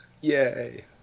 Yay